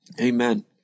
Amen